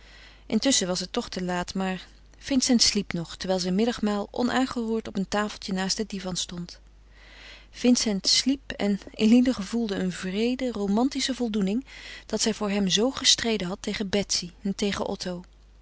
intusschen was het toch te laat maar vincent sliep nog terwijl zijn middagmaal onaangeroerd op een tafeltje naast den divan stond vincent sliep en eline gevoelde een wreede romantische voldoening dat zij voor hem zoo gestreden had tegen betsy tegen otto